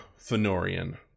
Fenorian